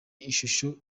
ishusho